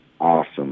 awesome